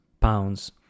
pounds